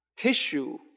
Tissue